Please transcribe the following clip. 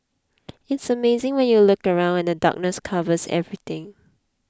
it's amazing when you look around and the darkness covers everything